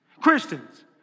Christians